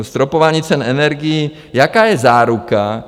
Stropování cen energií jaká je záruka?